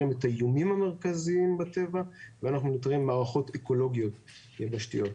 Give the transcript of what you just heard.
את האיומים המרכזים בטבע ומערכות אקולוגיות יבשתיות,